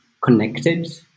connected